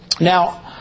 Now